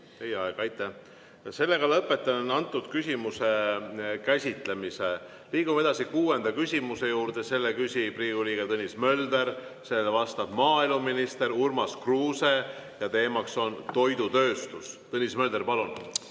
teie aeg! Aitäh! Lõpetan selle küsimuse käsitlemise. Liigume kuuenda küsimuse juurde. Selle küsib Riigikogu liige Tõnis Mölder, sellele vastab maaeluminister Urmas Kruuse ja teema on toidutööstus. Tõnis Mölder, palun!